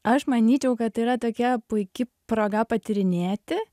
aš manyčiau kad yra tokia puiki proga patyrinėti